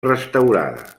restaurada